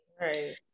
Right